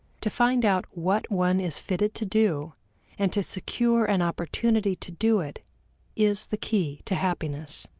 to find out what one is fitted to do and to secure an opportunity to do it is the key to happiness.